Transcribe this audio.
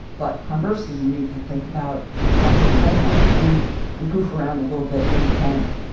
but conversely, you need to think about this happened to a friend of mine he would goof around a little bit in the tank.